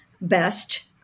best